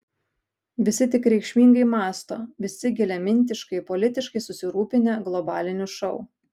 visi tik reikšmingai mąsto visi giliamintiškai politiškai susirūpinę globaliniu šou